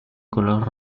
color